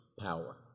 power